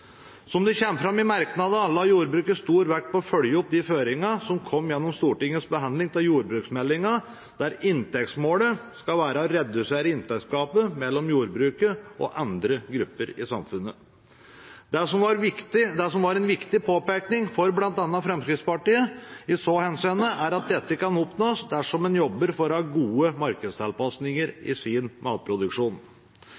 Som det kommer fram i merknadene, la jordbruket stor vekt på å følge opp de føringene som kom gjennom Stortingets behandling av jordbruksmeldingen, der inntektsmålet skal være å redusere inntektsgapet mellom jordbruket og andre grupper i samfunnet. En viktig påpekning for bl.a. Fremskrittspartiet i så henseende er at dette kan oppnås dersom en jobber for å ha gode markedstilpasninger